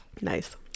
Nice